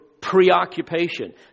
preoccupation